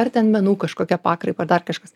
ar ten menų kažkokią pakraipą ar dar kažkas